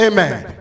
Amen